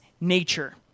nature